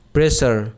Pressure